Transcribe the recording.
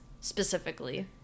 specifically